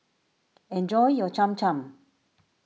enjoy your Cham Cham